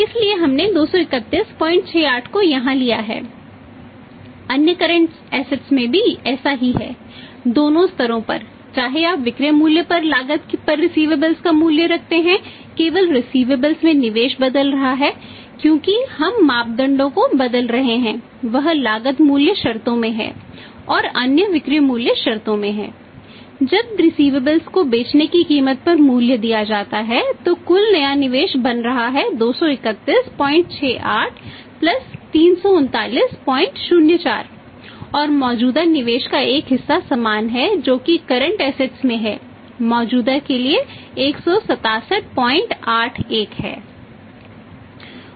इसलिए हमने 23168 को यहां लिया है अन्य करंट एसेट्स में है मौजूदा के लिए 16781 है